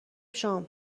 شام